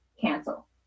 cancel